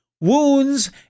wounds